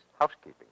housekeeping